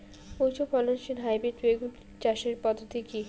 উচ্চ ফলনশীল হাইব্রিড বেগুন চাষের পদ্ধতি কী?